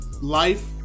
life